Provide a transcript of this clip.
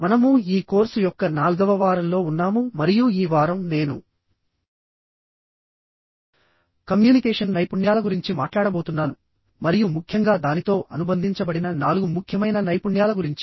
మనము ఈ కోర్సు యొక్క నాల్గవ వారంలో ఉన్నాము మరియు ఈ వారం నేను కమ్యూనికేషన్ నైపుణ్యాల గురించి మాట్లాడబోతున్నాను మరియు ముఖ్యంగా దానితో అనుబంధించబడిన నాలుగు ముఖ్యమైన నైపుణ్యాల గురించి